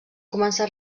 començar